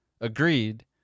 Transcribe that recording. agreed